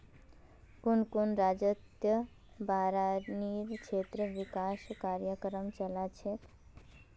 कुन कुन राज्यतत बारानी क्षेत्र विकास कार्यक्रम चला छेक